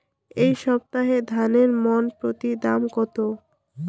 এই সপ্তাহে ধানের মন প্রতি দাম কত?